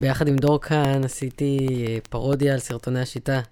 ביחד עם דורקה עשיתי פרודיה על סרטוני השיטה.